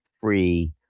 free